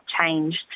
changed